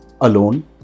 alone